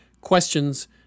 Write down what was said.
questions